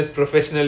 mm